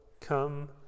Come